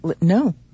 No